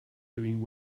doing